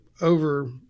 over